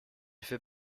fait